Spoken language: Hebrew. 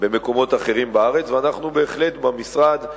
במקומות אחרים בארץ, ואנחנו בהחלט, במשרד,